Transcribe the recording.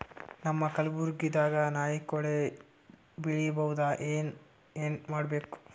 ನಮ್ಮ ಕಲಬುರ್ಗಿ ದಾಗ ನಾಯಿ ಕೊಡೆ ಬೆಳಿ ಬಹುದಾ, ಏನ ಏನ್ ಮಾಡಬೇಕು?